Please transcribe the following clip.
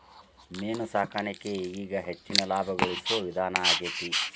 main ಸಾಕಾಣಿಕೆ ಈಗೇಗ ಹೆಚ್ಚಿನ ಲಾಭಾ ಗಳಸು ವಿಧಾನಾ ಆಗೆತಿ